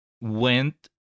went